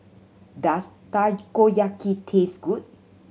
does Takoyaki taste good